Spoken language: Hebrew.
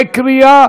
בקריאה